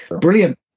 brilliant